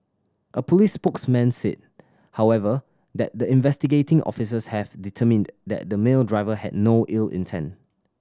a police spokesman said however that the investigating officers have determined that the male driver had no ill intent